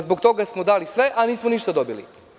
Zbog toga smo dali sve, a nismo ništa dobili.